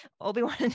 Obi-Wan